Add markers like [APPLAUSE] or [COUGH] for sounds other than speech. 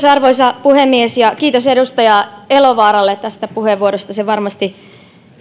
[UNINTELLIGIBLE] arvoisa puhemies kiitos edustaja elovaaralle tästä puheenvuorosta se varmasti